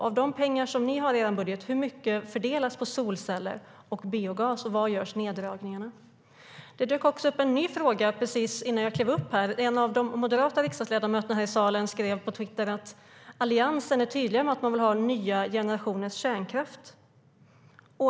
Av de pengar som ni har i er budget, hur mycket fördelas på solceller och biogas, och var görs neddragningarna? Det dök upp en ny fråga precis innan jag klev upp här. En av de moderata riksdagsledamöterna här i salen skrev på Twitter att Alliansen är tydlig med att man vill ha den nya generationens kärnkraft.